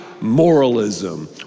moralism